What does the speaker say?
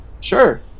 Sure